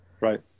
right